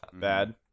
bad